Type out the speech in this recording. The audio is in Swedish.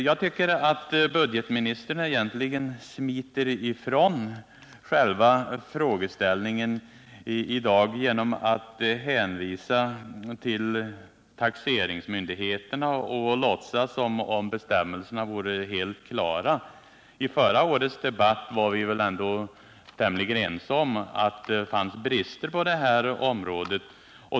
Jag tackar för svaret men tycker att budgetoch ekonomiministern smiter ifrån själva frågeställningen i dag genom att hänvisa till taxeringsmyndigheterna och låtsas som om bestämmelserna vore helt klara. I förra årets debatt var vi väl ändå tämligen ense om att det fanns brister på det här området.